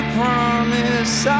promise